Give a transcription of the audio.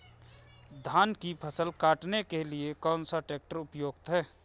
धान की फसल काटने के लिए कौन सा ट्रैक्टर उपयुक्त है?